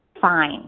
Fine